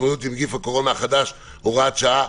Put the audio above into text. להתמודדות עם נגיף הקורונה החדש (הוראת שעה),